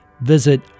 visit